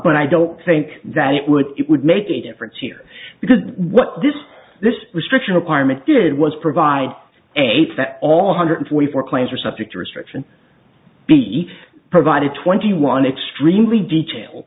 but i don't think that it would it would make a difference here because what this this restriction requirement did was provide eight that all hundred forty four planes were subject to restriction be provided twenty one extremely detailed